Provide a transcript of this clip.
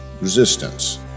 resistance